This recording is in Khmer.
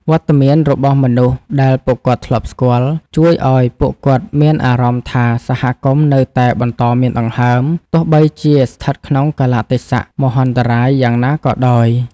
វត្តមានរបស់មនុស្សដែលពួកគាត់ធ្លាប់ស្គាល់ ជួយឱ្យពួកគាត់មានអារម្មណ៍ថាសហគមន៍នៅតែបន្តមានដង្ហើម ទោះបីជាស្ថិតក្នុងកាលៈទេសៈមហន្តរាយយ៉ាងណាក៏ដោយ។